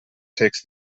takes